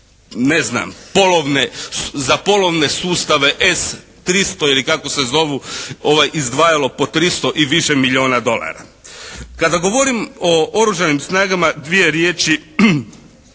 ne znam, za polovne sustave S-300 ili kako se zovu, izdvajalo po tristo i više milijuna dolara. Kada govorim o Oružanim snagama, dvije riječi